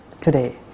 today